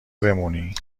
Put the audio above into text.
بمونی